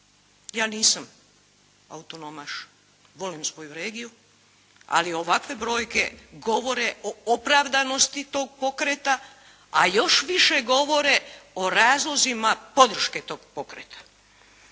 Ja nisam autonomaš, volim svoju regiju, ali ovakve regije govore o opravdanosti tog pokreta, a još više govore o razlozima podrške tog pokreta.